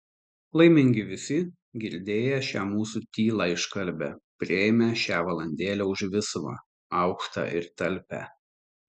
laimingi visi girdėję šią mūsų tylą iškalbią priėmę šią valandėlę už visumą aukštą ir talpią